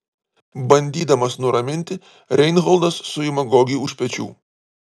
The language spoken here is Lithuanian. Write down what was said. bandydamas nuraminti reinholdas suima gogį už pečių